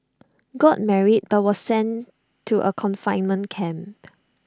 got married but was sent to A confinement camp